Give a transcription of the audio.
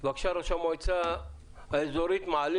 ראש המועצה האזורית מעלה